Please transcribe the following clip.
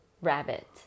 rabbit